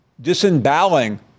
Disemboweling